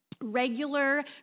regular